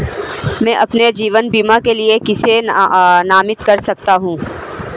मैं अपने जीवन बीमा के लिए किसे नामित कर सकता हूं?